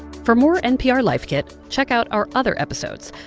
for more npr life kit, check out our other episodes.